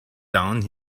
down